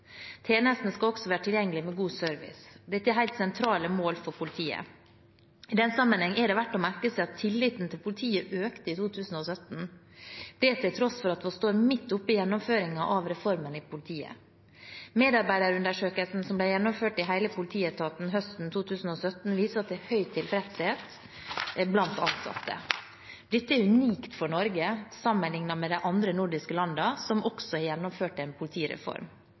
skal også være tilgjengelig med god service. Dette er helt sentrale mål for politiet. I den sammenheng er det verdt å merke seg at tilliten til politiet økte i 2017, til tross for at vi står midt oppe i gjennomføringen av reformen i politiet. Medarbeiderundersøkelsen som ble gjennomført i hele politietaten høsten 2017, viser at det er høy tilfredshet blant ansatte. Dette er unikt for Norge sammenlignet med de andre nordiske landene, som også har gjennomført en politireform.